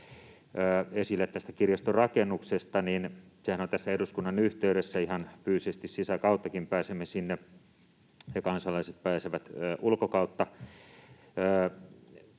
esille tästä kirjastorakennuksesta — sehän on tässä eduskunnan yhteydessä, ihan fyysisesti sisäkauttakin pääsemme sinne ja kansalaiset pääsevät ulkokautta: